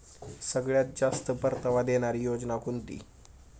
सगळ्यात जास्त परतावा देणारी योजना कोणती?